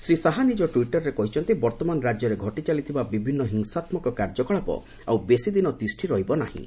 ଶ୍ରୀ ଶାହା ନିଜ ଟୁଇଟରରେ କହିଛନ୍ତି ବର୍ତ୍ତମାନ ରାଜ୍ୟରେ ଘଟିଚାଲିଥିବା ବିଭିନ୍ନ ହିଂସାତ୍କକ କାର୍ଯ୍ୟକଳାପ ଆଉ ବେଶିଦିନ ତିଷ୍ଠି ରହିବ ନାହିଁ